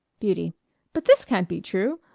beauty but this can't be true!